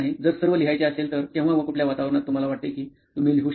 जर सर्व लिहायचे असेल तर केव्हा व कुठल्या वातावरणात तुम्हाला वाटते कि तुम्ही लिहू शकता